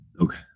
Okay